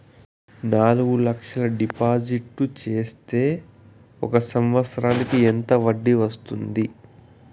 నాలుగు లక్షల డిపాజిట్లు సేస్తే ఒక సంవత్సరానికి ఎంత వడ్డీ వస్తుంది?